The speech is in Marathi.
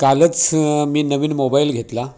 कालच मी नवीन मोबाईल घेतला